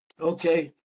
Okay